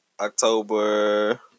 October